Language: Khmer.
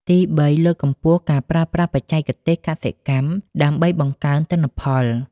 ទីបី លើកកម្ពស់ការប្រើប្រាស់បច្ចេកទេសកសិកម្មដើម្បីបង្កើនទិន្នផល។